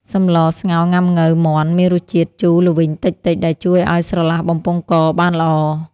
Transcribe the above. សម្លស្ងោរង៉ាំង៉ូវមាន់មានរសជាតិជូរល្វីងតិចៗ ដែលជួយឱ្យស្រឡះបំពង់កបានល្អ។